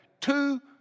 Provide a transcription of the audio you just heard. Two